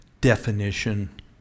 definition